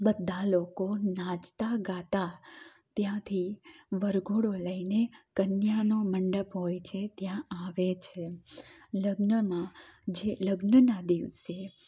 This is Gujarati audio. બધા લોકો નાચતા ગાતા ત્યાંથી વરઘોડો લઈને કન્યાનો મંડપ હોય છે ત્યાં આવે છે લગ્નમાં જે લગ્નના દિવસે